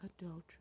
adultery